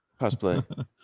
cosplay